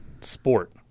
sport